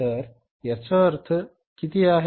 तर याचा अर्थ किती आहे